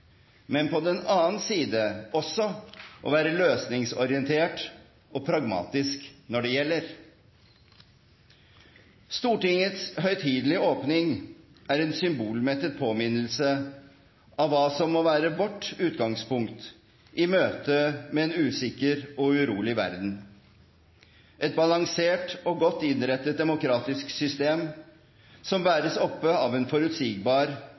men på den annen side også å være løsningsorientert og pragmatisk når det gjelder. Stortingets høytidelige åpning er en symbolmettet påminnelse om hva som må være vårt utgangspunkt i møte med en usikker og urolig verden: et balansert og godt innrettet demokratisk system som bæres oppe av en forutsigbar